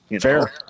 Fair